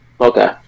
okay